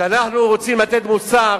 כשאנחנו רוצים לתת מוסר,